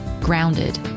grounded